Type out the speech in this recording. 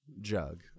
jug